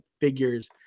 figures